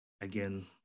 Again